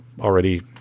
already